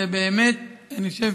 זה באמת, אני חושב,